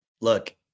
look